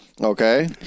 Okay